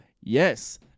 Yes